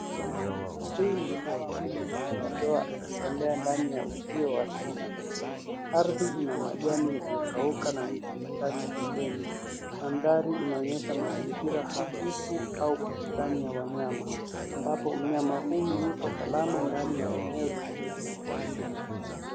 Huyu ni mnyama mwenye madoadoa akitembea ndani ya uzio wa chuma. Ardhi ina majani yaliyo kauka na miti michache pembeni. Mandhari inaonyesha mazingira hafifu au bustani ya wanyama ambapo mnyama huyu yupo salama ndani ya eneo lililo zungushiwa.